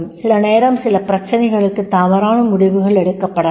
சில நேரம் சில பிரச்சனைகளுக்குத் தவறான முடிவுகள் எடுக்கப்படலாம்